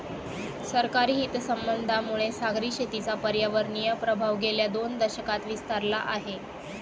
सरकारी हितसंबंधांमुळे सागरी शेतीचा पर्यावरणीय प्रभाव गेल्या दोन दशकांत विस्तारला आहे